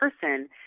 person